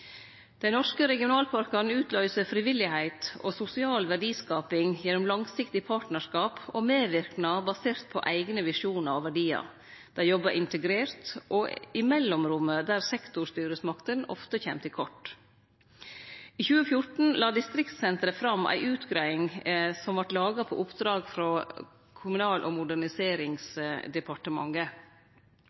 Dei norske regionalparkane utløyser frivilligheit og sosial verdiskaping gjennom langsiktig partnarskap og medverknad basert på eigne visjonar og verdiar. Dei jobbar integrert og i mellomrommet der sektorstyresmaktene ofte kjem til kort. I 2014 la Distriktssenteret fram ei utgreiing som vart laga på oppdrag frå Kommunal- og moderniseringsdepartementet.